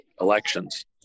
elections